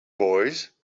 boys